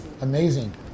amazing